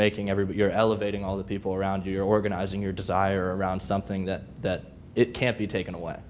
making every but you're elevating all the people around you you're organizing your desire around something that it can't be taken away